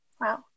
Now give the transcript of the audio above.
Wow